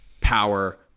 power